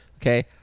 okay